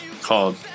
called